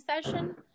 session